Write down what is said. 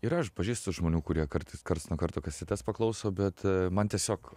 ir aš pažįstu žmonių kurie kartais karts nuo karto kasetes paklauso bet man tiesiog